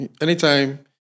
anytime